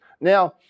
Now